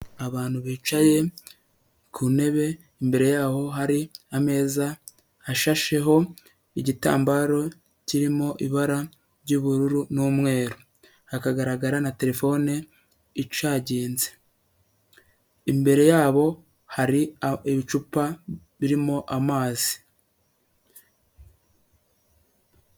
Abantu bicaye ku ntebe imbere yaho hari ameza ashasheho igitambaro kirimo ibara ry'ubururu n'umweru, hakagaragara na telefone icaginze, imbere yabo hari ibicupa birimo amazi.